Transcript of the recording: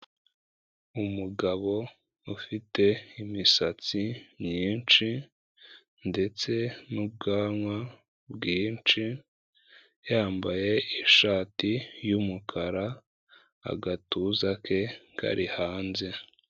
Umugabo ufite imisatsi myinshi ndetse n'ubwanwa bwinshi, yambaye ishati y'umukara, agatuza ke kari hanze.